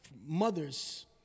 mothers